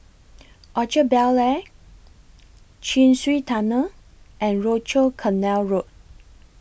Orchard Bel Air Chin Swee Tunnel and Rochor Canal Road